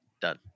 done